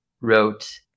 wrote